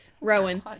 Rowan